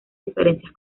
diferencias